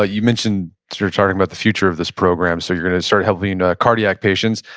ah you mentioned, sort of talking about the future of this program, so you're going to start having cardiac patients.